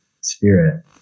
spirit